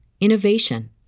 innovation